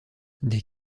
des